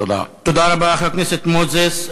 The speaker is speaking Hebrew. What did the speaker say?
תודה רבה לחבר הכנסת מוזס.